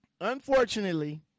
unfortunately